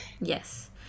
Yes